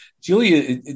Julia